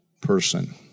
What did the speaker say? person